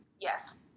Yes